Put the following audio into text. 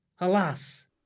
Alas